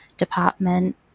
department